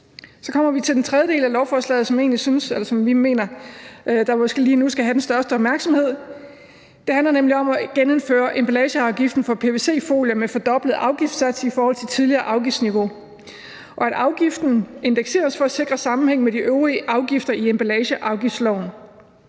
Så kommer vi til den tredje del af lovforslaget, som vi mener lige nu skal have den største opmærksomhed. Det handler nemlig om at genindføre emballageafgiften for pvc-folier med en fordoblet afgiftssats i forhold til tidligere afgiftsniveau, og at afgiften indekseres for at sikre sammenhæng med de øvrige afgifter i emballageafgiftsloven.